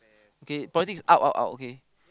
okay politics out out out okay